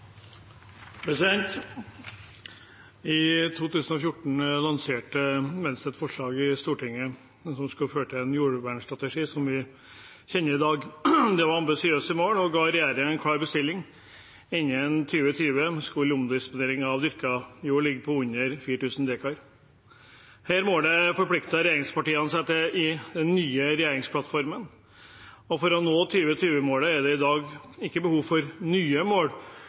I 2014 lanserte Venstre et forslag i Stortinget som førte til den jordvernstrategien vi kjenner i dag. Det var ambisiøse mål, og vi ga regjeringen en klar bestilling: Innen 2020 skulle omdisponeringen av dyrket jord ligge på under 4 000 dekar. Dette målet forpliktet regjeringspartiene seg til i den nye regjeringsplattformen. For å nå 2020-målet er det i dag ikke behov for nye mål,